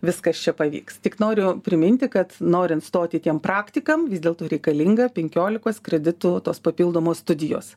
viskas čia pavyks tik noriu priminti kad norint stoti tiem praktikam vis dėlto reikalinga penkiolikos kreditų tos papildomos studijos